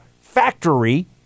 factory